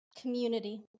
Community